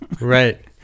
Right